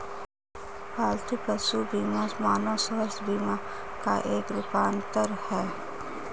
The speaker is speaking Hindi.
पालतू पशु बीमा मानव स्वास्थ्य बीमा का एक रूपांतर है